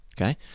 Okay